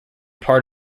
part